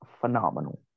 phenomenal